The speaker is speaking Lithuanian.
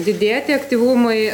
didėti aktyvumui